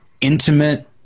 intimate